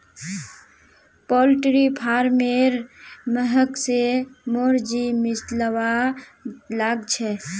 poultry farmer महक स मोर जी मिचलवा लाग छ